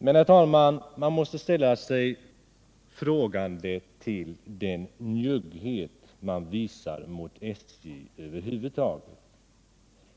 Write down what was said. Herr talman! Man måste ställa sig frågande till den njugghet som visas mot SJ över huvud taget.